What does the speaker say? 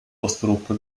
osteuropa